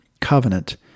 covenant